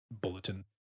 bulletin